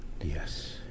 Yes